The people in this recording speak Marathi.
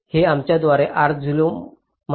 हे आमच्याद्वारे म्हणायचे आहे